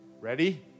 ready